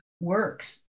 works